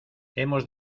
hemos